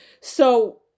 so-